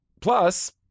plus